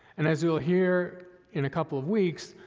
and as you'll hear in a couple of weeks,